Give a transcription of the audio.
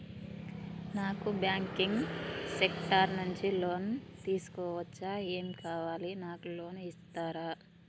నాకు banking sector నుంచి loan తీసుకోవచ్చా? ఏమేం కావాలి? నాకు లోన్ ఇస్తారా?